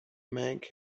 make